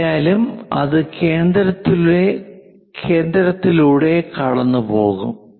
എന്തായാലും അത് കേന്ദ്രത്തിലൂടെ കടന്നുപോകും